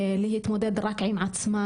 להתמודד רק עם עצמן.